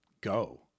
go